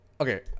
Okay